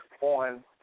on